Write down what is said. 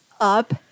up